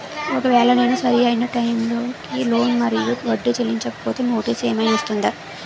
ఒకవేళ నేను సరి అయినా టైం కి లోన్ మరియు వడ్డీ చెల్లించకపోతే నోటీసు ఏమైనా వస్తుందా?